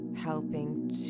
Helping